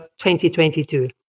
2022